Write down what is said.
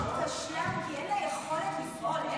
אבל הרשות כשלה כי אין לה יכולת לפעול.